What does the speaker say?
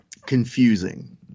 Confusing